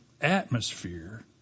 atmosphere